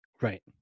Right